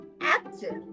active